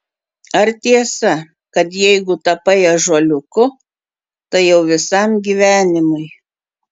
ar tiesa kad jeigu tapai ąžuoliuku tai jau visam gyvenimui